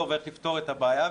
וזכינו להיות שותפים ונוכחים בעת